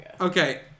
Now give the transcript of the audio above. Okay